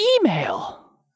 email